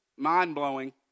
Mind-blowing